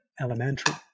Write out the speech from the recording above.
elementary